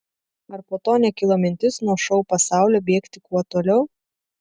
ar po to nekilo mintis nuo šou pasaulio bėgti kuo toliau